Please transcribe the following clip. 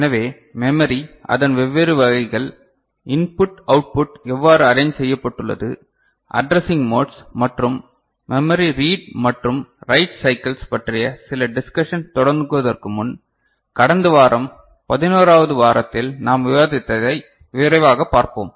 எனவே மெமரி அதன் வெவ்வேறு வகைகள் இன்புட் அவுட்புட் எவ்வாறு அரேஞ்ச் செய்யப்பட்டுள்ளது அட்ரசிங் மோட்ஸ் மற்றும் மெமரி ரீட் மற்றும் ரைட் சைக்கில்ஸ் பற்றிய சில டிஸ்கஷன் தொடங்குவதற்கு முன் கடந்த வாரம் 11 வது வாரத்தில் நாம் விவாதித்ததை விரைவாகப் பார்ப்போம்